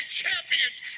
champions